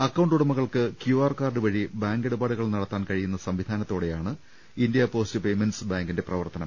account ഉടമകൾക്ക് QR card വഴി bank ഇടപാടുകൾ നടത്താൻ കഴിയുന്ന സംവിധാനത്തോടെയാണ് ഇന്ത്യ പോസ്റ്റ് പെയ്മെന്റ്സ് ബാങ്കിന്റെ പ്രവർത്തനം